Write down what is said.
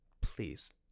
please